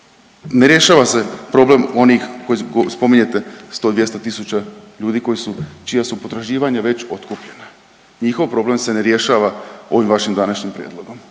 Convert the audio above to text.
ne rješava se problem onih koje spominjete 100-200 tisuća ljudi koji su, čija su potraživanja već otkupljena, njihov problem se ne rješava ovim vašim današnjim prijedlogom,